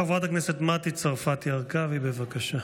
חברת הכנסת מטי צרפתי הרכבי, בבקשה.